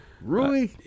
Rui